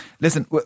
Listen